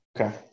Okay